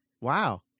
Wow